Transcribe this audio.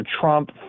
Trump